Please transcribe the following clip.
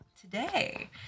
today